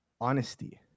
honesty